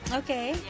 okay